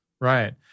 Right